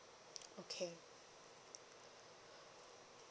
okay